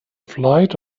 flight